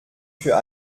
für